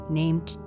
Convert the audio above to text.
named